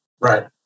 Right